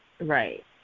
Right